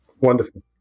Wonderful